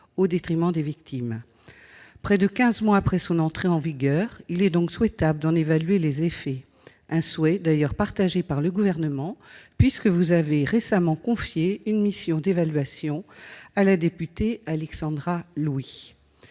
au détriment des victimes. Près de quinze mois après son entrée en vigueur, il est donc souhaitable d'en évaluer les effets, un souhait d'ailleurs partagé par le Gouvernement, monsieur le secrétaire d'État, puisque vous avez récemment confié une mission d'évaluation à la députée Alexandra Louis.